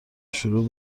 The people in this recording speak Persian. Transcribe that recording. شروع